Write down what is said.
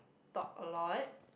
talk a lot